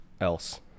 else